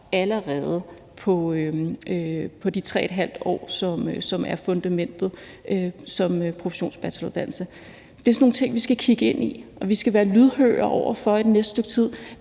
sig på de 3½ år, som er fundamentet som professionsbacheloruddannelse. Det er sådan nogle ting, vi skal kigge ind i, og som vi skal være lydhøre over for i det næste stykke tid.